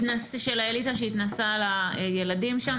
זאת מילה של האליטה שהתנשאה על הילדים שם.